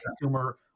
consumer